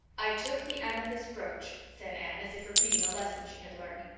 i took the amethyst brooch, said anne, as if repeating a lesson she had learned.